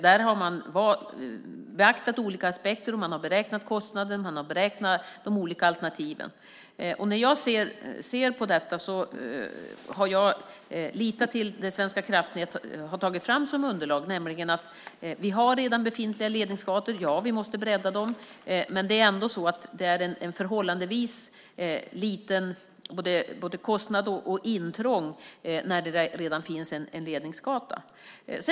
Där har man beaktat olika aspekter. Man har beräknat kostnader. Man har beräknat de olika alternativen. När jag ser på detta har jag litat till det Svenska kraftnät har tagit fram som underlag. Vi har redan befintliga ledningsgator. Ja, vi måste bredda dem, men det är ändå en förhållandevis liten kostnad och ett förhållandevis litet intrång när det redan finns en ledningsgata.